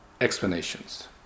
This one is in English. explanations